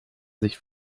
sich